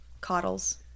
coddles